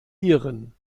iren